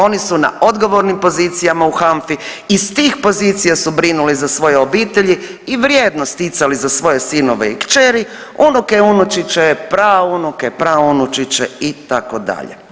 Oni su na odgovornim pozicijama u HANFA-i i s tih pozicija su brinuli za svoje obitelji i vrijedno sticali za svoje sinove i kćeri, unuke i unučiće, praunuke, praunučiće, itd.